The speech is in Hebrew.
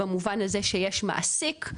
במובן הזה שיש מעסיק,